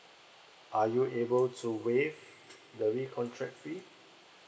are you able to waive the recontract fee